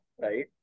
right